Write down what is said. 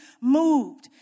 moved